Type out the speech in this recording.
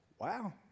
Wow